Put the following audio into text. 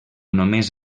només